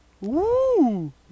Woo